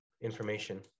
information